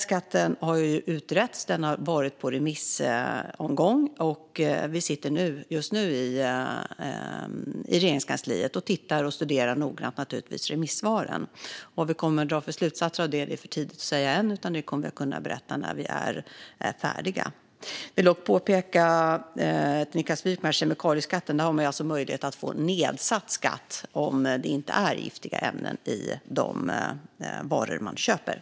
Skatten har utretts och varit ute på en remissomgång, och vi sitter just nu i Regeringskansliet och studerar remissvaren noggrant, naturligtvis. Vad vi kommer att dra för slutsatser av det är det för tidigt att säga; det kommer jag att kunna berätta när vi är färdiga. Jag vill dock påpeka för Niklas Wykman att man med kemikalieskatten alltså har möjlighet att få nedsatt skatt om det inte är giftiga ämnen i de varor man köper.